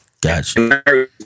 Gotcha